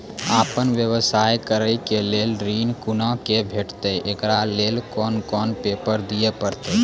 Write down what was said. आपन व्यवसाय करै के लेल ऋण कुना के भेंटते एकरा लेल कौन कौन पेपर दिए परतै?